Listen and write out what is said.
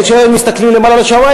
כשהם מסתכלים למעלה לשמים,